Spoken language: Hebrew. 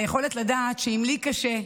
היכולת לדעת שאם לי קשה,